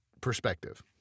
perspective